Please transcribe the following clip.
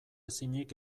ezinik